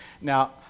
Now